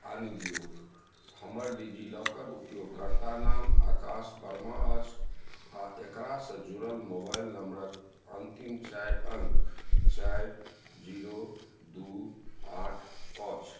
आनि दिऔ हमर डिजिलॉकर उपयोगकर्ता नाम आकाश वर्मा अछि आओर एकरासे जुड़ल मोबाइल नम्बरके अन्तिम चारि अङ्क चारि जीरो दुइ आठ अछि